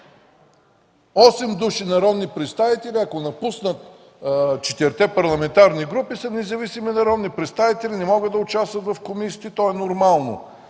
души народни представители, ако напуснат четирите парламентарни групи, са независими народни представители, не могат да участват в комисиите, в които